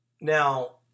Now